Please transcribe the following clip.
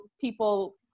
people